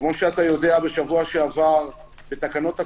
כמו שאתה יודע בשבוע שעבר בתקנות הקורונה,